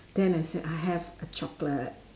then I said I have a chocolate